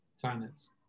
planets